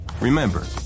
Remember